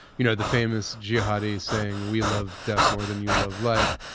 you know the famous jihadi saying we love death more than you love life.